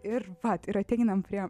ir vat ir ateinam prie